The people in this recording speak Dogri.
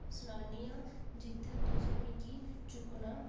सनानी आं जित्थै तुसें मिगी चुक्कना